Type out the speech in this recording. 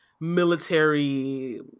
military